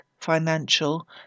financial